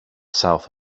south